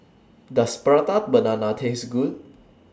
Does Prata Banana Taste Good